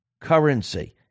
currency